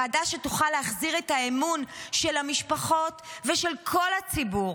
ועדה שתוכל להחזיר את האמון של המשפחות ושל כל הציבור.